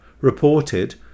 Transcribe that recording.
reported